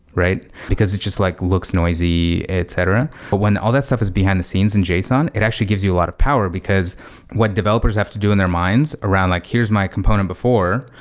because it's just like looks noisy, etc. but when all that stuff is behind the scenes in json, it actually gives you a lot of power, because what developers have to do in their minds around like, here's my component before.